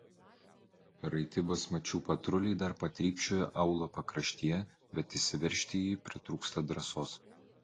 raiti basmačių patruliai dar patrypčioja aūlo pakraštyje bet įsiveržti į jį pritrūksta drąsos